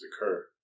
occur